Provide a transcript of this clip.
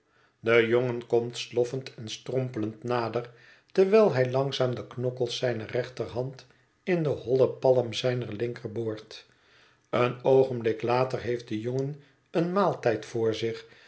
de jongen komt sloffend en strompelend nader terwijl hij langzaam de knokkels zijner rechterhand in de holle palm zijner linker boort een oogenblik later heeft de jongen een maaltijd voor zich